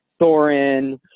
Thorin